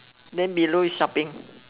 then below is shopping